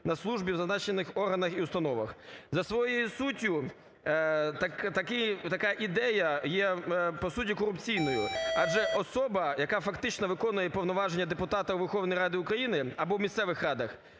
на службі в зазначених органах і установах. За своєю суттю така ідея є, по суті, корупційною адже особа, яка фактично виконує повноваження депутата Верховної Ради України або в місцевих радах